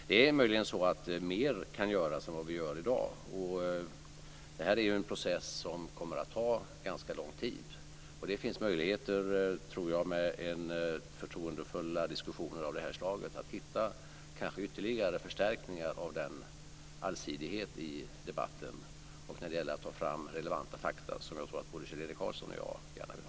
Det är möjligt att vi kan göra mer än vad vi gör i dag. Det här är ju en process som kommer att ta ganska lång tid. Jag tror att det finns möjligheter, med förtroendefulla diskussioner av det här slaget, att hitta ytterligare förstärkningar när det gäller allsidigheten i debatten och när det gäller att ta fram relevanta fakta som jag tror att både Kjell-Erik Karlsson och jag gärna vill ha.